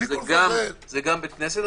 זה גם בית כנסת,